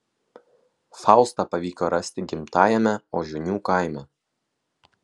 faustą pavyko rasti gimtajame ožionių kaime